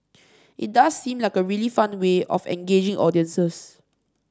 it does seem like a really fun way of engaging audiences